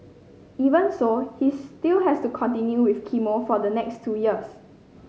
even so he still has to continue with chemo for the next two years